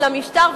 של המשטר,